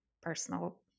personal